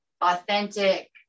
authentic